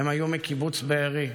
הן היו מקיבוץ בארי,